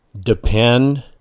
depend